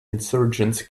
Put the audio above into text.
insurgents